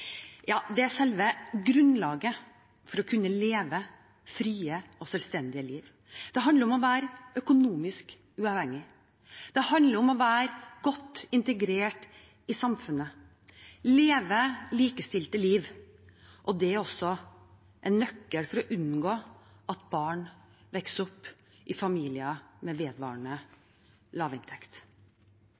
er selve grunnlaget for å kunne leve et fritt og selvstendig liv. Det handler om å være økonomisk uavhengig, det handler om å være godt integrert i samfunnet og leve et likestilt liv. Det er også en nøkkel for å unngå at barn vokser opp i familier med vedvarende